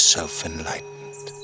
Self-Enlightened